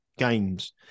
games